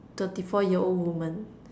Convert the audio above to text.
thirty four year old woman